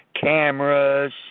Cameras